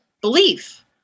belief